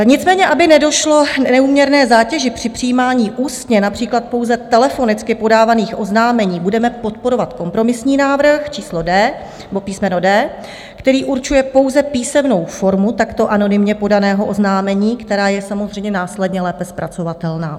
Nicméně aby nedošlo k neúměrné zátěži při přijímání ústně, například pouze telefonicky podávaných oznámení, budeme podporovat kompromisní návrh písmeno D, který určuje pouze písemnou formu takto anonymně podaného oznámení, která je samozřejmě následně lépe zpracovatelná.